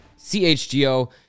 CHGO